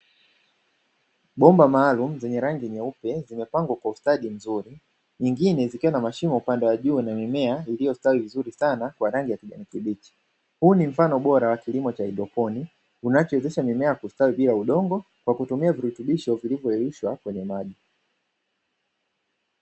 Bomba maalumu zenye rangi nyeupe zimepangwa kwa ustadi mzuri, zingine ziikiwa na mashimo iliyo na mimea iliyostawi vizuri sana ya rangi ya kijani kibichi. Huu ni mfano bora wa kilimo cha haidroponi, unaowezesha mimea kustawi bila udongo unaotumia virutubisho vilivyolainishwa vya maji.